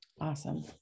Awesome